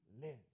live